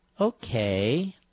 Okay